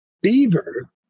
beaver